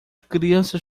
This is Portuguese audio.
crianças